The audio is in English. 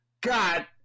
God